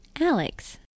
alex